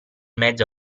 mezzo